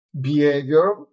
behavior